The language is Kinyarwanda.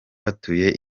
batuye